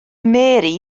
mary